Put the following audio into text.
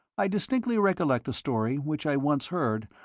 i distinctly recollect a story which i once heard,